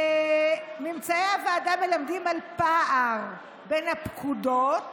ממצאי הוועדה מלמדים על פער בין הפקודות